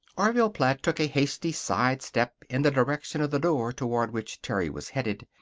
orville platt took a hasty side step in the direction of the door toward which terry was headed.